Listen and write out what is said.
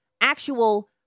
actual